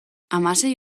hamasei